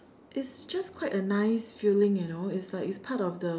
it's just quite a nice feeling you know it's like it's part of the